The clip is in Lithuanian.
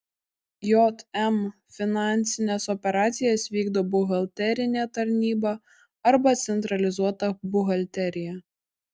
jm finansines operacijas vykdo buhalterinė tarnyba arba centralizuota buhalterija